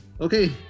Okay